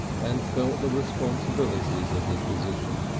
and felt the responsibilities of his position.